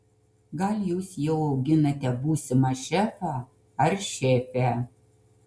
gal jūs jau auginate būsimą šefą ar šefę